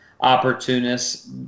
opportunists